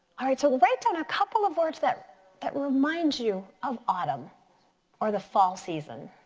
all right, so write down a couple of words that that remind you of autumn or the fall season.